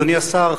אדוני השר,